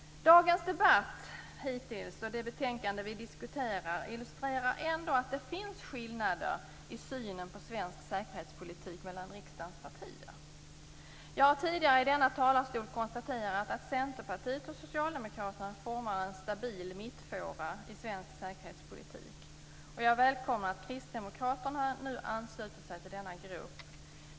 Dagens debatt hittills, och det betänkande vi diskuterar, illustrerar ändå att det finns skillnader i synen på svensk säkerhetspolitik mellan riksdagens partier. Jag har tidigare i denna talarstol konstaterat att Centerpartiet och Socialdemokraterna formar en stabil mittfåra i svensk säkerhetspolitik. Jag välkomnar att Kristdemokraterna nu anslutit sig till denna grupp.